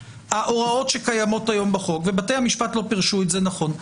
ההוראות שקיימות היום בחוק ובתי המשפט לא פירשו את זה נכון,